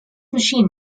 machine